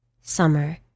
Summer